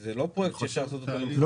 זה לא פרויקט שאפשר לעשות אותו --- זה